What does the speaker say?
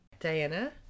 Diana